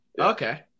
Okay